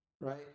right